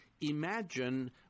imagine